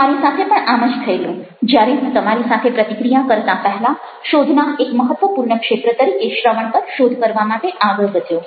મારી સાથે પણ આમ જ થયેલું જ્યારે હું તમારી સાથે પ્રતિક્રિયા કરતાં પહેલાં શોધના એક મહત્ત્વપૂર્ણ ક્ષેત્ર તરીકે શ્રવણ પર શોધ કરવા માટે આગળ વધ્યો